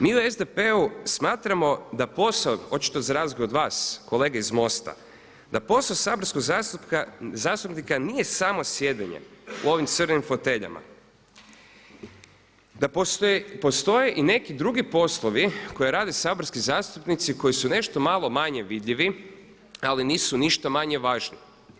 Mi u SDP-u smatramo da posao, očito za razliku od vas kolege iz MOST-a, da posao saborskog zastupnika nije samo sjedenje u ovim crvenim foteljama, da postoje i neki drugi poslovi koje rade saborski zastupnici koji su nešto malo manje vidljivi, ali nisu ništa manje važni.